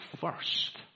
first